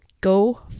go